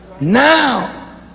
Now